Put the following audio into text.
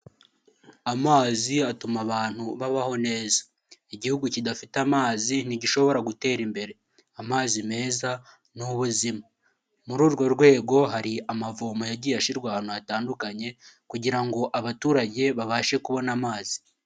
Amazi atuma abantu babaho neza, igihugu kidafite amazi ntigishobora gutera imbere, amazi meza ni ubuzima, muri urwo rwego hari amavoma yagiye ashyirwa ahantu hatandukanye kugira ngo abaturage babashe kubona amazi.